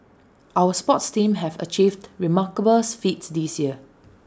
our sports teams have achieved remarkable feats this year